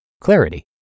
clarity